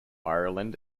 ireland